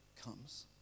comes